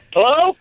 Hello